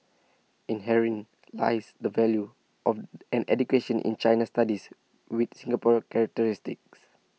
and herein lies the value of an education in China studies with Singapore characteristics